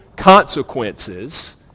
consequences